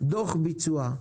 דוח ביצוע,